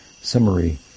summary